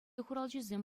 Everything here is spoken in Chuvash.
хуралҫисем